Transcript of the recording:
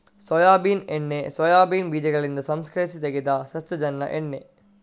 soybean ಎಣ್ಣೆ soybean ಬೀಜಗಳಿಂದ ಸಂಸ್ಕರಿಸಿ ತೆಗೆದ ಸಸ್ಯಜನ್ಯ ಎಣ್ಣೆ